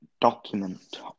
document